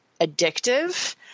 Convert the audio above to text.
addictive